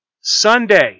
Sunday